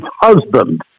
husband